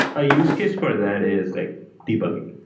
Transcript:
ah use case for that is like debugging,